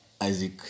Isaac